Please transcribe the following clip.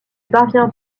parvient